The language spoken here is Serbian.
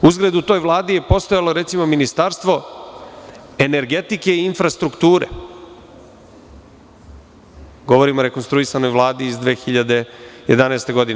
Uzgred, u toj Vladi je postojalo Ministarstvo energetike i infrastrukture, govorim o rekonstruisanoj Vladi iz 2011. godine.